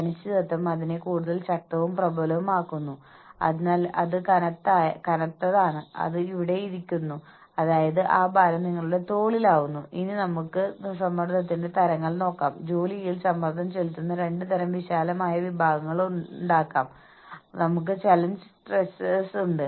അതിനാൽ ഞങ്ങളുടെ ജോലിയിൽ നിങ്ങൾ ചെലവഴിക്കുന്ന പണത്തിന് നഷ്ടപരിഹാരം നൽകാനാണ് നിങ്ങൾ ഞങ്ങൾക്ക് ഇത്രയധികം ആനുകൂല്യങ്ങൾ നൽകുന്നതെങ്കിൽ നിങ്ങൾ ഞങ്ങൾക്ക് നൽകുന്നതെന്തും നഷ്ടപരിഹാരമായി അടിസ്ഥാന ശമ്പളം വെട്ടിക്കുറച്ചേക്കാം